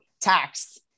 tax